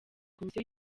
komisiyo